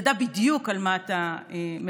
תדע בדיוק על מה אתה מדבר.